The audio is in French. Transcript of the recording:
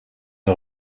une